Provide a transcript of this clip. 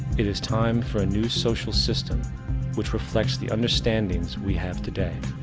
it is time for a new social system which reflects the understandings we have today.